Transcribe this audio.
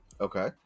Okay